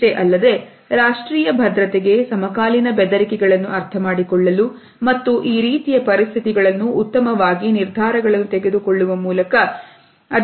ಇಷ್ಟೇ ಅಲ್ಲದೆ ರಾಷ್ಟ್ರೀಯ ಭದ್ರತೆಗೆ ಸಮಕಾಲೀನ ಬೆದರಿಕೆಗಳನ್ನು ಅರ್ಥಮಾಡಿಕೊಳ್ಳಲು ಮತ್ತು ಈ ರೀತಿಯ ಪರಿಸ್ಥಿತಿಗಳನ್ನು ಉತ್ತಮವಾಗಿ ನಿರ್ಧಾರಗಳನ್ನು ತೆಗೆದುಕೊಳ್ಳಲು ಈ ಅಧ್ಯಯನಗಳು ಸಹಾಯಕವಾಗಿವೆ